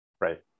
Right